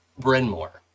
Brenmore